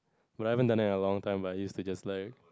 but I haven't done it in a long time but I used to just like